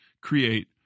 create